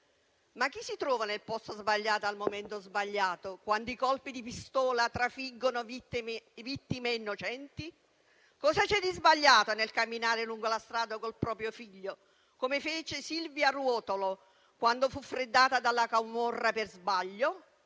ma chi si trova nel posto sbagliato al momento sbagliato, quando i colpi di pistola trafiggono vittime innocenti? Cosa c'è di sbagliato nel camminare lungo la strada col proprio figlio, come faceva Silvia Ruotolo, quando fu freddata dalla camorra per sbaglio?